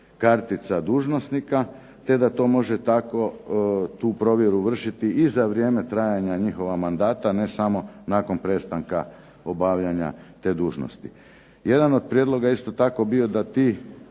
kartica dužnosnika, te da to može tako tu provjeru vršiti i za vrijeme trajanja njihova mandata, ne samo nakon prestanka obavljanja te dužnosti. Jedan od prijedloga isto tako je bio da ti